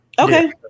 Okay